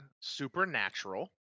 Supernatural